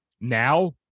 Now